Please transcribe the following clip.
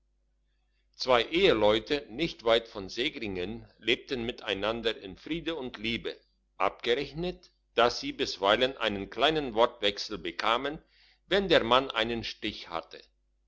zwei eheleute nicht weit von segringen lebten miteinander in friede und liebe abgerechnet dass sie bisweilen einen kleinen wortwechsel bekamen wenn der mann einen stich hatte